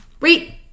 Wait